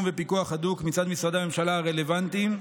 ופיקוח הדוק מצד משרדי הממשלה הרלוונטיים,